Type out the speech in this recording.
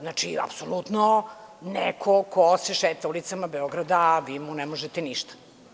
Znači, apsolutno neko ko se šeta ulicama Beograda, a vi mu ne možete ništa.